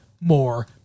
more